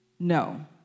No